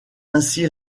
ainsi